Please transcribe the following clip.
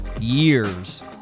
years